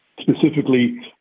specifically